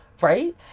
right